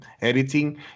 editing